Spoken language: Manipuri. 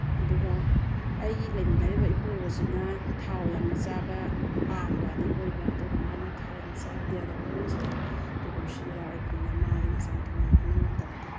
ꯑꯗꯨꯒ ꯑꯩꯒꯤ ꯂꯩꯃꯤꯟꯅꯔꯤꯕ ꯏꯄꯨꯔꯣꯏꯕꯁꯤꯅ ꯊꯥꯎ ꯌꯥꯝꯅ ꯆꯥꯕ ꯄꯥꯝꯕꯗꯤ ꯑꯣꯏꯕ ꯑꯗꯨꯒ ꯃꯥꯅ ꯊꯥꯎ ꯌꯥꯝꯅ ꯆꯥꯕꯗꯤ ꯌꯥꯗꯕ ꯃꯥꯁꯦ ꯂꯤꯕꯔꯁꯤ ꯕꯦꯔꯥ ꯑꯣꯏꯕꯅꯤꯅ ꯃꯥꯒꯤꯅ ꯆꯝꯊꯣꯡꯁꯦ ꯑꯅꯝꯕ ꯃꯇꯝꯗ